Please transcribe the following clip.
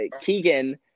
Keegan